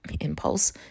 impulse